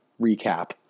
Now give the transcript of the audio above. recap